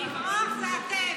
לברוח זה אתם.